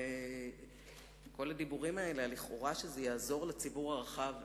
כל הדיבורים על לכאורה עזרה גדולה לציבור הרחב,